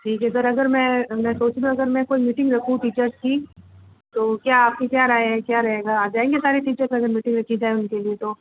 ठीक है सर अगर मैं मैं सोच रही अगर मैं कोई मीटिंग रखूं टीचर्स की तो क्या आपकी क्या राय है क्या रहेगा आ जायेंगे सारे टीचर्स अगर मीटिंग रखी जाए उनके लिए तो